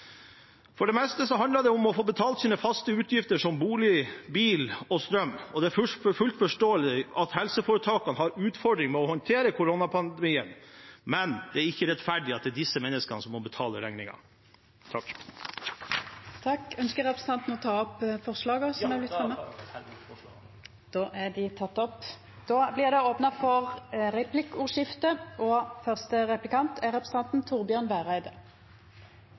For det meste handler det om å få betalt sine faste utgifter, som bolig, bil og strøm. Det er fullt forståelig at helseforetakene har en utfordring med å håndtere koronapandemien, men det er ikke rettferdig at det er disse menneskene som må betale regningen. Ønskjer representanten å ta opp forslag? Ja, jeg tar herved opp forslagene våre. Då har representanten Dagfinn Henrik Olsen teke opp dei forslaga han refererte til. Det blir replikkordskifte. Underskrivne ønskjer å utfordre representanten